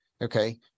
Okay